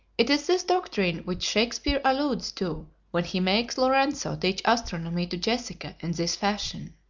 it is this doctrine which shakspeare alludes to when he makes lorenzo teach astronomy to jessica in this fashion